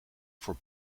voor